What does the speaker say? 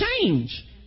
change